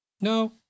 No